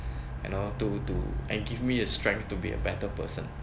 you know due to and give me a strength to be a better person